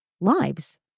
lives